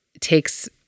takes